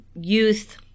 youth